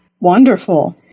Wonderful